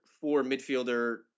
four-midfielder